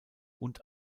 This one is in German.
und